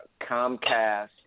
Comcast